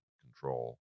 control